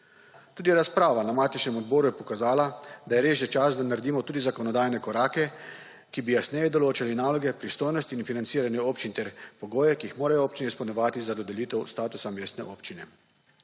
Tudi razprava na matičnem odboru je pokazala, da je res že čas, da naredimo tudi zakonodajne korake, ki bi jasneje določali naloge pristojnosti in financiranje občin ter pogoje, ki jih morajo občine izpolnjevati za dodelitev statusa mestne občine.